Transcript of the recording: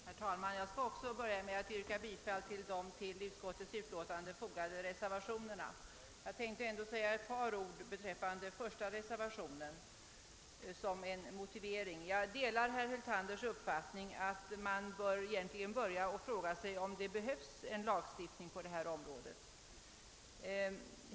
Herr talman! Jag skall också börja med att yrka bifall till de vid utlåtandet fogade reservationerna. Men jag tänkte dessutom ändå säga ett par ord beträffande den första reservationen för att motivera denna. Jag delar herr Hyltanders uppfattning att man egentligen bör börja med att fråga sig, om det behövs en lagstiftning på detta område.